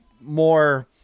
more